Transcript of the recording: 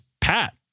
Pat